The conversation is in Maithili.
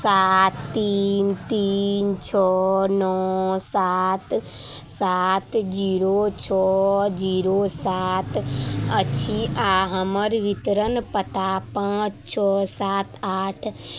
सात तीन तीन छओ नओ सात सात जीरो छओ जीरो सात अछि आओर हमर वितरण पता पाँच छओ सात आठ